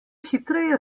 hitreje